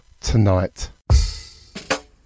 Tonight